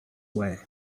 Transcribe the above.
way